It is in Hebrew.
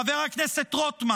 חבר הכנסת רוטמן,